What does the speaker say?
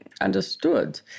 understood